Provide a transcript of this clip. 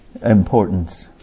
importance